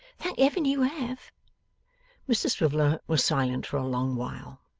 thank heaven you have mr swiveller was silent for a long while.